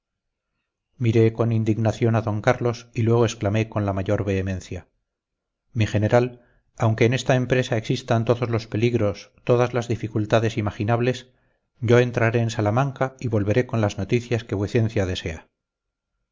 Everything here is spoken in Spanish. miré con indignación a d carlos y luego exclamé con la mayor vehemencia mi general aunque en esta empresa existan todos los peligros todas las dificultades imaginables yo entraré en salamanca y volveré con las noticias que vuecencia desea